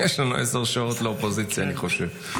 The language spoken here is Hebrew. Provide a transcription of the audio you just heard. יש לנו עשר שעות לאופוזיציה, אני חושב.